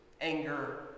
anger